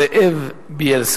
חבר הכנסת זאב בילסקי.